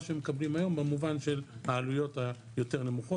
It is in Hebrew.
שהם מקבלים היום במובן של העלויות היותר נמוכות.